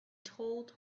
told